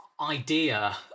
idea